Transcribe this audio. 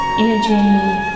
energy